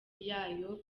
yayo